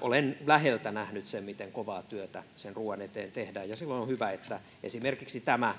olen läheltä nähnyt sen miten kovaa työtä sen ruuan eteen tehdään ja silloin on hyvä että esimerkiksi tämä